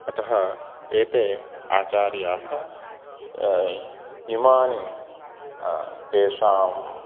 अतः एते आचार्याः इमानि तेषाम्